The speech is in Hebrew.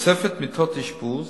תוספת מיטות אשפוז